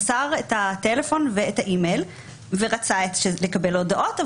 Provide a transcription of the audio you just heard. מסר את הטלפון ואת האי-מייל ורצה לקבל הודעות,